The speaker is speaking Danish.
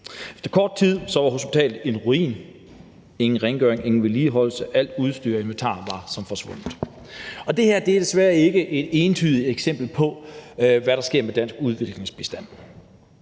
Efter kort tid var hospitalet en ruin: ingen rengøring, ingen vedligeholdelse, alt udstyr og inventar var som forsvundet. Det her er desværre ikke et enestående eksempel på, hvad der sker med dansk udviklingsbistand,